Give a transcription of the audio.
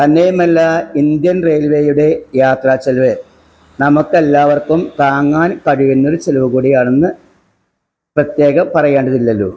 തന്നെയുമല്ല ഇന്ത്യൻ റെയിൽവേയുടെ യാത്രാച്ചിലവു നമ്മക്കെല്ലാവർക്കും താങ്ങാൻ കഴിയുന്നൊരു ചിലവുകൂടിയാണെന്നു പ്രത്യേകം പറയേണ്ടതില്ലല്ലോ